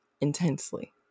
intensely